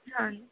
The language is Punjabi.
ਹਾਂ